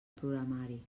programari